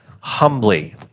humbly